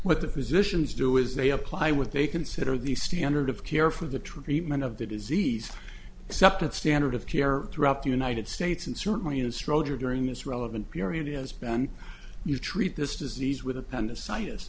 but the physicians do is they apply what they consider the standard of care for the treatment of the disease except at standard of care throughout the united states and certainly an astrologer during this relevant period has been you treat this disease with appendicitis